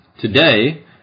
Today